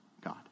God